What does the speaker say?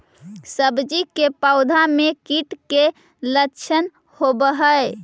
सब्जी के पौधो मे कीट के लच्छन होबहय?